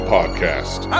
Podcast